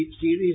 series